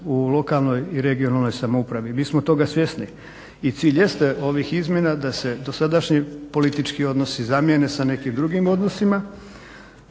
u lokalnoj i regionalnoj samoupravi. Mi smo toga svjesni i cilj jeste ovih izmjena da se dosadašnji politički odnosi zamijene sa nekim drugim odnosima,